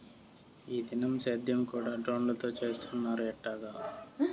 ఈ దినం సేద్యం కూడ డ్రోన్లతో చేస్తున్నారు ఎట్టాగా